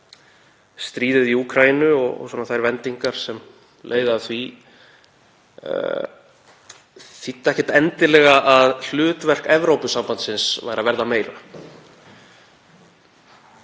stríðið í Úkraínu, og þær vendingar sem af því leiða, þýddi ekkert endilega að hlutverk Evrópusambandsins væri að verða meira.